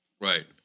Right